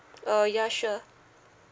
uh ya sure